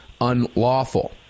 unlawful